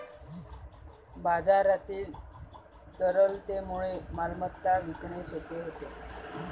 बाजारातील तरलतेमुळे मालमत्ता विकणे सोपे होते